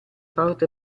porte